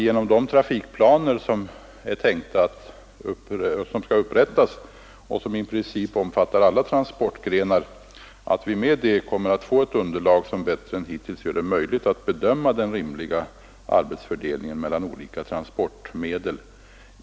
Genom de trafikplaner som skall upprättas och som i princip omfattar alla transportgrenar kommer vi att få ett underlag som bättre än hittills gör att minska belastningen på landsvägsnätet att minska belastningen på landsvägsnätet det möjligt att bedöma den rimliga arbetsfördelningen mellan olika transportmedel.